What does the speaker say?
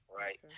right